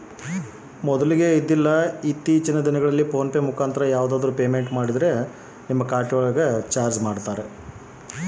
Phone pay ಮುಖಾಂತರ payment ಮಾಡಿದರೆ ನನ್ನ ಅಕೌಂಟಿನೊಳಗ ಚಾರ್ಜ್ ಮಾಡ್ತಿರೇನು?